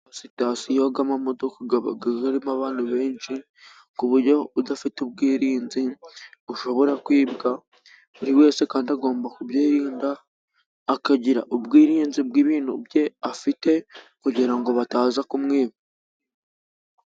Sitasiyo y'amamodoka aba arimo abantu benshi ku buryo udafite ubwirinzi ushobora kwibwa, buri wese kandi agomba kubyirinda akagira ubwirinzi bw'ibintu bye afite kugira ngo bataza kumwiba.